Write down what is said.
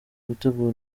gutegura